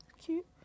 Cute